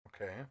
Okay